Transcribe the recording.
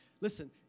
Listen